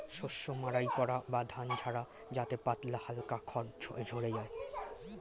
শস্য মাড়াই করা বা ধান ঝাড়া যাতে পাতলা হালকা খড় ঝড়ে যায়